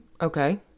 Okay